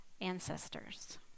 ancestors